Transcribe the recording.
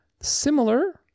similar